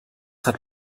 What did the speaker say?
hat